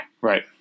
Right